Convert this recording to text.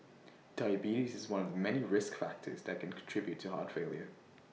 diabetes is one many risk factors that can contribute to heart failure